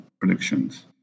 predictions